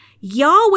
Yahweh